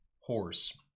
horse